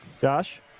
Josh